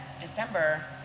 December